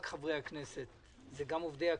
חברי הכנסת, זה גם עובדי כנסת.